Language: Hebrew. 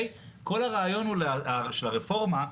כל הרעיון של הרפורמה,